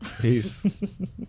Peace